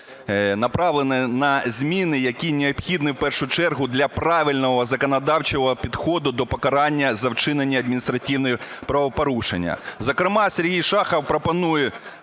направлені на зміни, які необхідні в першу чергу для правильного законодавчого підходу до покарання за вчинення адміністративного правопорушення. Зокрема Сергій Шахов пропонує